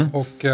och